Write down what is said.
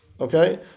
okay